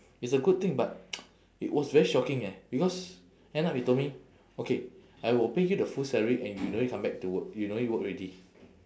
it's a good thing but it was very shocking eh because end up he told me okay I will pay you the full salary and you don't need come back to work you don't need work already